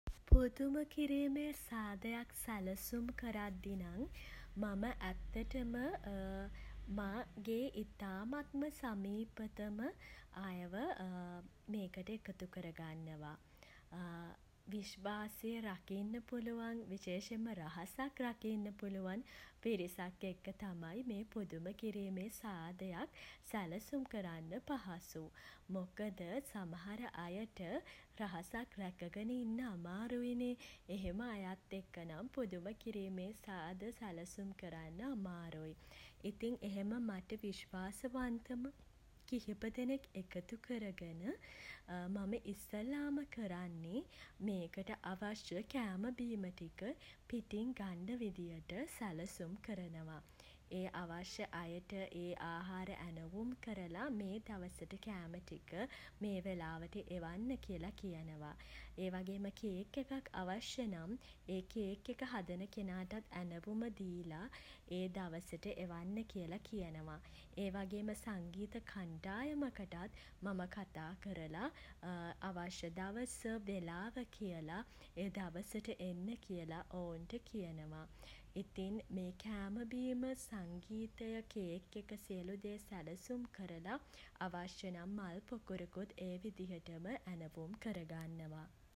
පුදුම කිරීමේ සාදයක් සැලසුම් කරද්දී නම් මම ඇත්තටම මා ගේ ඉතාමත්ම සමීපතම අයව මේකට එකතු කරගන්නවා විශ්වාසය රකින්න පුළුවන් විශේෂෙන්ම රහසක් රකින්න පුළුවන් පිරිසක් එක්ක තමයි මේ පුදුම කිරීමේ සාදයක් සැලසුම් කරන්න පහසු. මොකද සමහර අයට රහසක් රැකගෙන ඉන්න අමාරුයි නේ. එහෙම අයත් එක්ක නම් පුදුම කිරීමේ සාද සැලසුම් කරන්න අමාරුයි. ඉතින් එහෙම මට විශ්වාසවන්තම කිහිප දෙනෙක් එකතු කරගෙන මම ඉස්සෙල්ලාම කරන්නෙ මේකට අවශ්‍ය කෑම බීම ටික පිටින් ගන්න විදියට සැලසුම් කරනවා. ඒ අවශ්‍ය අයට ඒ ආහාර ඇනවුම් කරලා මේ දවසට කෑම ටික මේ වෙලාවට එවන්න කියලා කියනවා. ඒ වගේම කේක් එකක් අවශ්‍ය නම් ඒ කේක් එක හදන කෙනාටත් ඇණවුම දීලා ඒ දවසට එවන්න කියලා කියනවා. ඒ වගේම සංගීත කණ්ඩායමකටත් මම කතා කරලා අවශ්‍ය දවස වෙලාව කියල ඒ දවසට එන්න කියලා ඔවුන්ට කියනවා. ඉතින් මේ කෑම බීම සංගීතය කේක් එක සියලු දේ සැලසුම් කරලා අවශ්‍ය නම් මල් පොකුරකුත් ඒ විදියටම ඇණවුම් කර ගන්නවා.